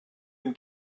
dem